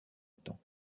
temps